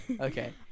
Okay